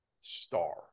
star